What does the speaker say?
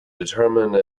determine